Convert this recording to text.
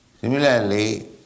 Similarly